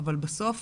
אבל בסוף